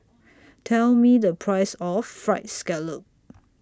Tell Me The Price of Fried Scallop